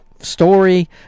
story